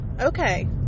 Okay